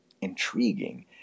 intriguing